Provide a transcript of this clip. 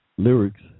Lyrics